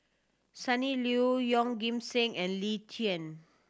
Sunny Liew Yeoh Ghim Seng and Lee Tjin